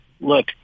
look